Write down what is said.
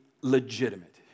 legitimate